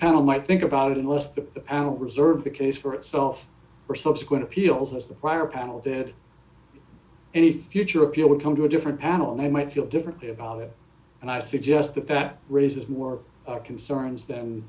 panel might think about it unless the animal reserve the case for itself or subsequent appeals as the prior panel that any future appeal would come to a different panel they might feel differently about it and i suggest that that raises more concerns